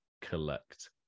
collect